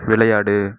விளையாடு